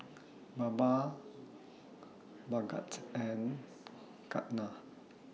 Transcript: Baba Bhagat and Ketna